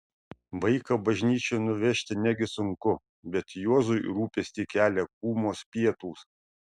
vaiką bažnyčion nuvežti negi sunku bet juozui rūpestį kelia kūmos pietūs